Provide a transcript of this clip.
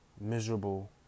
miserable